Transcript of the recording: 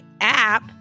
app